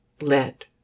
let